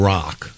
Rock